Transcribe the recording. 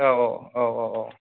औ औ औ औ औ